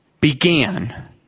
began